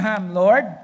lord